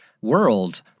world